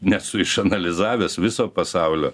nesu išanalizavęs viso pasaulio